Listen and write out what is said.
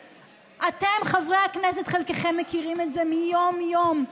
אתם, חברי הכנסת, חלקכם מכירים את זה מיום-יום,